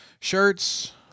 shirts